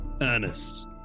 Ernest